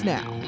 Now